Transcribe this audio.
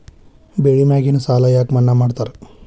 ಬೆಳಿ ಮ್ಯಾಗಿನ ಸಾಲ ಯಾಕ ಮನ್ನಾ ಮಾಡ್ತಾರ?